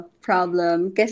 problem